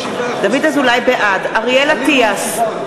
בעד אריאל אטיאס,